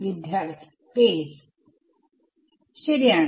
വിദ്യാർത്ഥി ഫേസ് ശരിയാണ്